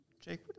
jake